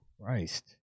Christ